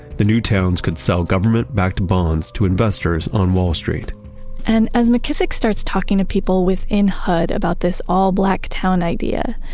the new towns could sell government-backed bonds to investors on wall street and as mckissick starts talking to people within hud about this all-black town idea,